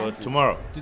tomorrow